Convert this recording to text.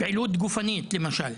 פעילות גופנית למשל,